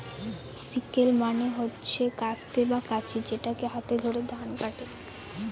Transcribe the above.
sickle মানে হচ্ছে কাস্তে বা কাঁচি যেটাকে হাতে করে ধান কাটে